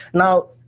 now